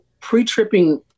pre-tripping